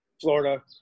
florida